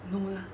no lah